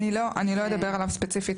אני לא אדבר עליו ספציפית.